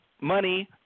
Money